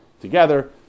together